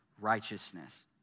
righteousness